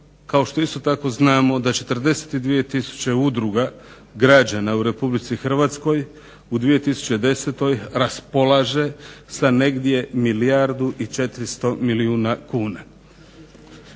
kao što isto tako znamo da 42000 udruga građana u Republici Hrvatskoj, u 2010. raspolaže sa negdje milijardu i 400 milijuna kuna.